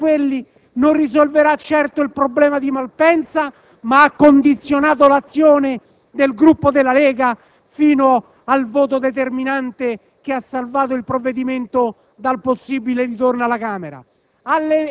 - che non risolverà certo il problema di Malpensa, ma ha condizionato l'azione del Gruppo della Lega fino al voto determinante che ha salvato il provvedimento dal possibile ritorno alla Camera